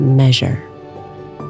measure